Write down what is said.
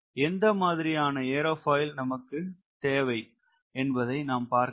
எந்த மாதிரியான ஏரோபாயில் நமக்கு தேவை என்பதை நாம் பார்க்க வேண்டும்